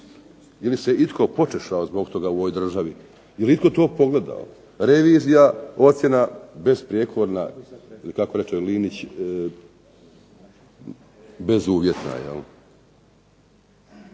li se itko počešao zbog toga u ovoj državi, je li itko to pogledao? Revizija, ocjena besprijekorna ili kako reče Linić bezuvjetna.